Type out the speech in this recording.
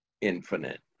infinite